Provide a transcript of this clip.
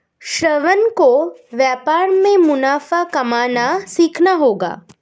श्रवण को व्यापार में मुनाफा कमाना सीखना होगा